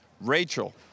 Rachel